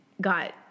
got